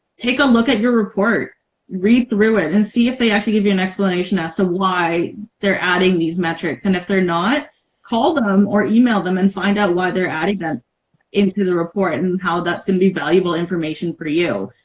take a look at your report read through it and see if they actually give you an explanation as to why they're adding these metrics and if they're not call them them or email them and find out why they're adding that into the report and how that's going to be valuable information for you.